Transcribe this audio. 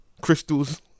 crystals